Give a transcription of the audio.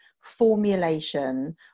formulation